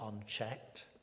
unchecked